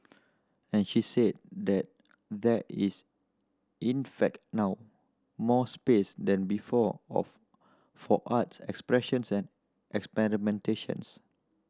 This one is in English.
and she said that there is in fact now more space than before of for arts expressions and experimentations